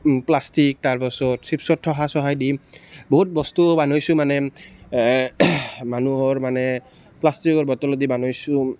plastic তাৰ পাছত চিপছৰ থোহাই চোহাই দি বহুত বস্তু বনাইছোঁ মানে মানুহৰ মানে প্লাষ্টিকৰ বটলেদি বনাইছোঁ